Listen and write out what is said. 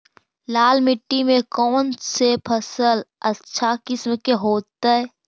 लाल मिट्टी में कौन से फसल अच्छा किस्म के होतै?